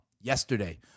yesterday